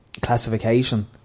classification